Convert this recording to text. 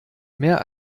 mehr